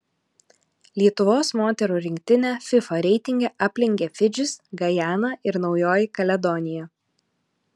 lietuvos moterų rinktinę fifa reitinge aplenkė fidžis gajana ir naujoji kaledonija